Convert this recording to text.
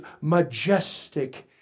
majestic